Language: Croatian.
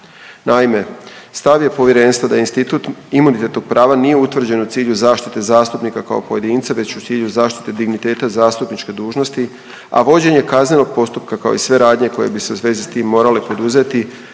Naime, stav je Povjerenstva da institut imunitetnog prava nije utvrđen u cilju zaštite zastupnika kao pojedinca već u cilju zaštite digniteta zastupničke dužnosti, a vođenje kaznenog postupka kao i sve radnje koje bi se u vezi s tim morale poduzeti,